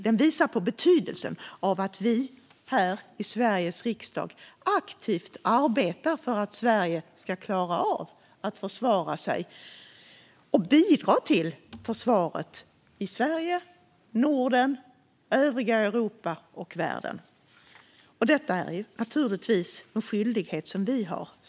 Den visar på betydelsen av att vi här i Sveriges riksdag aktivt arbetar för att Sverige ska klara av att försvara sig och bidra till försvaret i Sverige, Norden, övriga Europa och världen. Detta är naturligtvis en skyldighet vi har.